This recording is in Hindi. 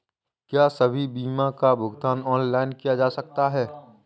क्या सभी बीमा का भुगतान ऑनलाइन किया जा सकता है?